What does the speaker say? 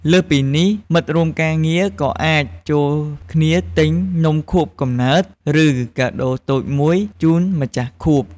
លើសពីនេះ មិត្តរួមការងារក៏អាចចូលគ្នាទិញ នំខួបកំណើត ឬ កាដូរតូចមួយ ជូនម្ចាស់ខួប។